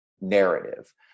narrative